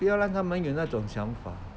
不要让他们有那种想法